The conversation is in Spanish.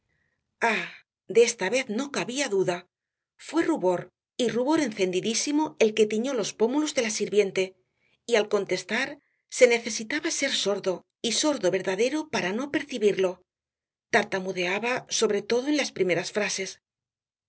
de esta vez no cabía duda fué rubor y rubor encendidísimo el que tiñó los pómulos de la sirviente y al contestar se necesitaba ser sordo y sordo verdadero para no percibirlo tartamudeaba sobre todo en las primeras frases